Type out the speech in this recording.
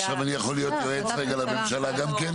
עכשיו אני יכול להיות יועץ רגע לממשלה גם כן?